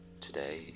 Today